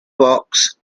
box